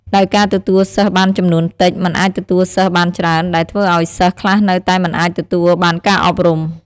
ដោយការទទួលសិស្សបានចំនួនតិច មិនអាចទទួលសិស្សបានច្រើន ដែលធ្វើឱ្យសិស្សខ្លះនៅតែមិនអាចទទួលបានការអប់រំ។